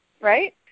right